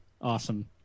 awesome